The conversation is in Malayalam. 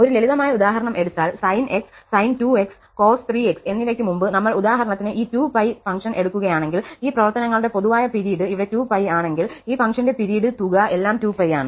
ഒരു ലളിതമായ ഉദാഹരണം എടുത്താൽ sin x sin 2x cos 3x എന്നിവയ്ക്ക് മുമ്പ് നമ്മൾ ഉദാഹരണത്തിന് ഈ 2π ഫംഗ്ഷൻ എടുക്കുകയാണെങ്കിൽ ഈ പ്രവർത്തനങ്ങളുടെ പൊതുവായ പിരീഡ് ഇവിടെ 2π ആണെങ്കിൽ ഈ ഫംഗ്ഷന്റെ പിരീഡ് തുക എല്ലാം 2π ആണ്